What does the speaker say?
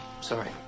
Sorry